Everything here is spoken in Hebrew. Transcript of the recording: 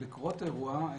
בקרות אירוע,